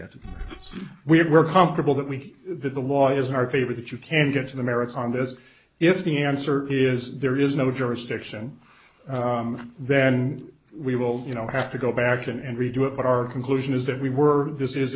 get it we're comfortable that we did the law is our favorite you can get to the merits on this if the answer is there is no jurisdiction then we will you know have to go back and redo it but our conclusion is that we were this is